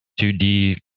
2D